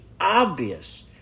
obvious